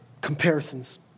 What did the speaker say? comparisons